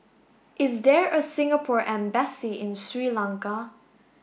is there a Singapore embassy in Sri Lanka